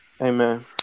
Amen